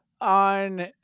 on